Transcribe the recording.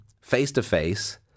face-to-face